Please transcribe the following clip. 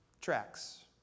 tracks